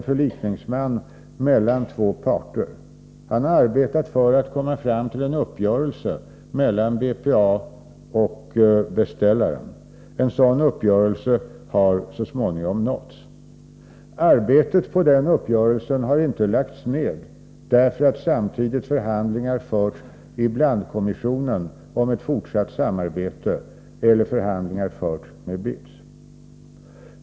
Han har arbetat för att komma fram till en uppgörelse mellan BPA och beställaren. En sådan uppgörelse har så småningom nåtts. Arbetet på den uppgörelsen har inte lagts ned, därför att förhandlingar samtidigt förts i blandkommissionen om ett fortsatt samarbete eller därför att förhandlingar förts med BITS.